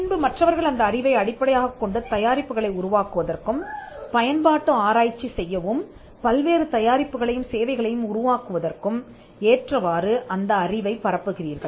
பின்பு மற்றவர்கள் அந்த அறிவை அடிப்படையாகக் கொண்டு தயாரிப்புகளை உருவாக்குவதற்கும் பயன்பாட்டு ஆராய்ச்சி செய்யவும் பல்வேறு தயாரிப்புகளையும் சேவைகளையும் உருவாக்குவதற்கும் ஏற்றவாறு அந்த அறிவைப் பரப்புகிறீர்கள்